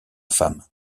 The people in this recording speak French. femme